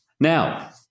Now